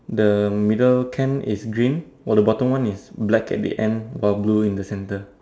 the middle can is green while the bottom one is black at the end while blue in the center